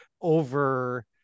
over